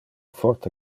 forte